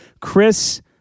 Chris